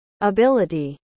ability